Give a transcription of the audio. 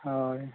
ᱦᱳᱭ